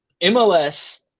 MLS